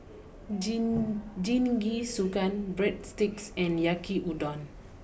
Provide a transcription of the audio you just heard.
Jingisukan Breadsticks and Yaki Udon